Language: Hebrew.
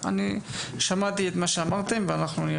אני שמעתי את מה שאמרתם ואנחנו נראה איך